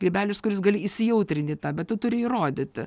grybelis kuris gali įsijautrinti tą bet tu turi įrodyti